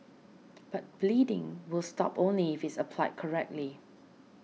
but bleeding will stop only if it is applied correctly